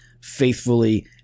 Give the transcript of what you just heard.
faithfully